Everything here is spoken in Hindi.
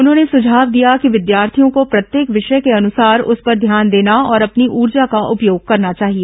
उन्होंने सुझाव दिया कि विद्यार्थियों को प्रत्येक विषय के अनुसार उस पर ध्यान देना और अपनी ऊर्जा का उपयोग करना चाहिए